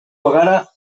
bagara